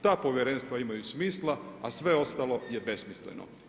Ta povjerenstva imaju smisla, a sve ostalo je besmisleno.